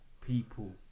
people